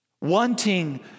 Wanting